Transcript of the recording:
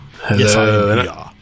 hello